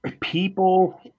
people